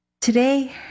Today